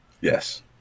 Yes